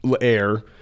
air